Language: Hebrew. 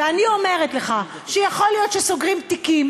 ואני אומרת לך שיכול להיות שסוגרים תיקים